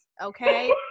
okay